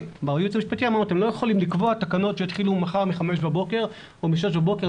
אתם לא יכולים לקבוע תקנות שיתחילו מחר מחמש בבוקר או משש בבוקר,